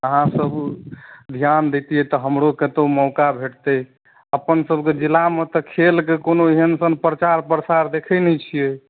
अहाँसभ ध्यान दैतियै तऽ हमरो कतहु मौका भेटतै अपनसभके तऽ जिलामे तऽ खेलके कोनो एहन सन प्रचार प्रसार देखैत नहि छियै